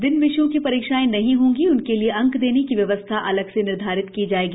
जिन विषयों की परीक्षाएं नहीं होंगी उनके लिए अंक देने की व्यवस्था अलग से निर्धारित की जाएगी